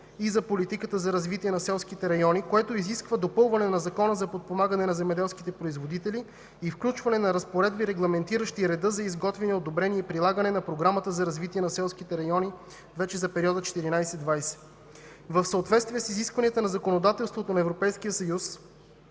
и за Политиката за развитие на селските райони, което изисква допълване на Закона за подпомагане на земеделските производители и включване на разпоредби, регламентиращи реда за изготвяне, одобрение и прилагане на Програмата за развитие на селските райони вече за периода 2014 – 2020. В съответствие с изискванията на законодателството на Европейския съюз